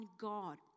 God